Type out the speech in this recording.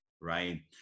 right